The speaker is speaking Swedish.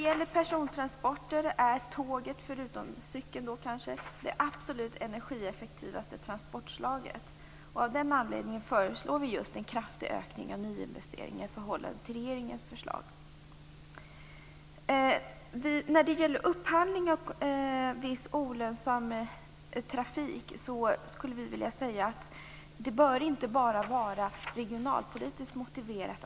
det absolut energieffektivaste transportslaget. Av den anledningen föreslår vi en kraftig ökning av nyinvesteringar i förhållande till regeringens förslag. Vi vill att upphandling av viss olönsam trafik inte skall ske bara med regionalpolitisk motivering.